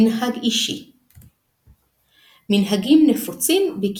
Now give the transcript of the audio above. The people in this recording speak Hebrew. המנהג לשחוט תרנגול לכפרות – עורר מחלוקת בין הראשונים.